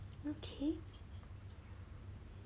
okay